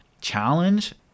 challenge